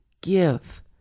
give